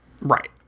Right